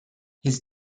his